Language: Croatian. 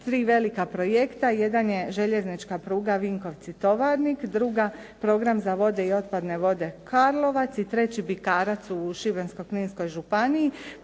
tri velika projekta. Jedan je željeznička pruga Vinkovci-Tovarnik, druga program za vode i otpadne vode Karlovac i treći Bikarac u Šibensko-kninskoj županiji.